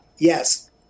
Yes